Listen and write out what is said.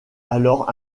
alors